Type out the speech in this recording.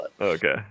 Okay